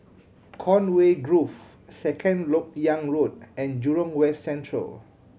Conway Grove Second Lok Yang Road and Jurong West Central